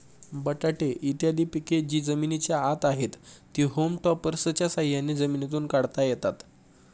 बटाटे इत्यादी पिके जी जमिनीच्या आत आहेत, ती होम टॉपर्सच्या साह्याने जमिनीतून काढता येतात